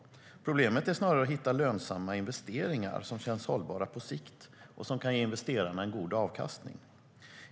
Problemet är snarare att hitta lönsamma investeringar som känns hållbara på sikt och som kan ge investerarna en god avkastning.